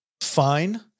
fine